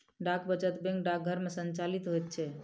डाक वचत बैंक डाकघर मे संचालित होइत छै